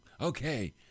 Okay